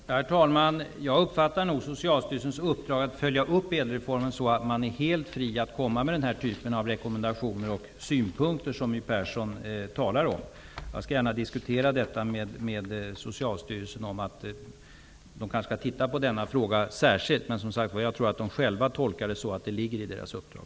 Herr talman! Jag uppfattar nog Socialstyrelsens uppdrag att följa upp ÄDEL-reformen så att man är helt fri att framföra den typ av rekommendationer och synpunkter som My Persson talar om. Jag skall gärna diskutera med Socialstyrelsen att den kanske skall studera denna fråga särskilt, men jag tror att man tolkar sitt uppdrag så att man har detta mandat.